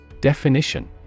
Definition